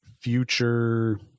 future